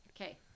okay